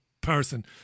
person